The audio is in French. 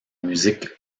musique